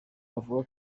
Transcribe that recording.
bavuga